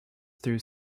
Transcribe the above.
through